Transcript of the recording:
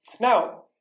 Now